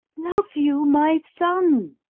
love you my son?